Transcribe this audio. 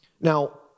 Now